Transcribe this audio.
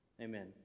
Amen